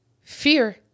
Fear